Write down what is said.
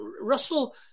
Russell